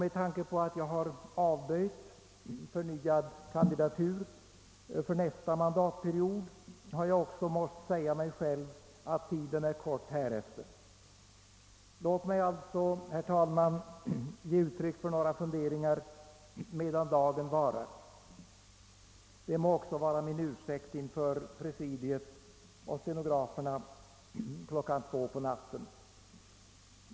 Med tanke på att jag har avböjt förnyad kandidatur för nästa mandatperiod har jag också måst säga mig själv, att tiden är kort härefter. Låt mig alltså, herr talman, ge uttryck för några funderingar, medan dagen varar. Det må också vara min ursäkt inför presidiet och stenograferna klockan två på natten.